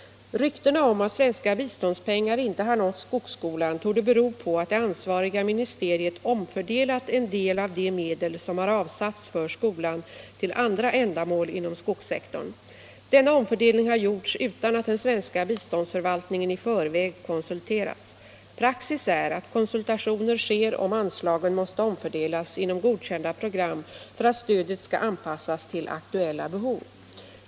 Ryktena om att svenska biståndspengar inte har nått skogsskolan torde bero på att det ansvariga ministeriet omfördelat en del av de medel som har avsatts för skolan till andra ändamål inom skogssektorn. Denna omfördelning har gjorts utan att den svenska biståndsförvaltningen i förväg konsulterats. Praxis är att konsultationer sker om anslagen måste omfördelas inom godkända program för att stödet skall anpassas till aktuella behov.